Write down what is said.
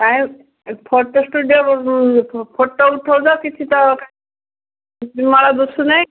କାଇଁ photo studio photo ଉଠଉନ କିଛି ତ ଦିଶୁନାହିଁ